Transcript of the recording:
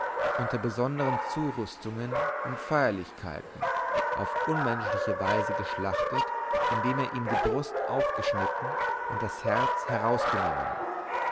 unter besonderen zurüstungen und feierlichkeiten auf unmenschliche weise geschlachtet indem er ihm die brust aufgeschnitten und das herz herausgenommen